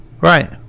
Right